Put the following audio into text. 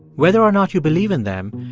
whether or not you believe in them,